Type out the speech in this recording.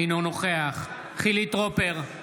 אינו נוכח חילי טרופר,